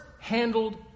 handled